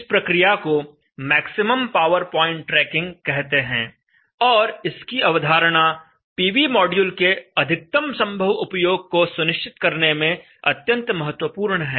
इस प्रक्रिया को मैक्सिमम पावर प्वाइंट ट्रैकिंग कहते हैं और इसकी अवधारणा पीवी मॉड्यूल के अधिकतम संभव उपयोग को सुनिश्चित करने में अत्यंत महत्वपूर्ण है